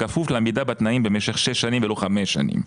בכפוף לעמידה בתנאים במשך שש שנים ולא חמש שנים.